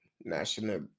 national